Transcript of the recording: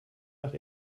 nach